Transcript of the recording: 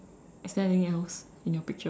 is there anything else in your picture